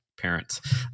parents